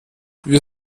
wir